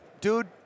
dude